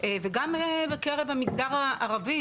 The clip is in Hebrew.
וגם בקרב המגזר הערבי,